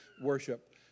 worship